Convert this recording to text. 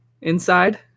inside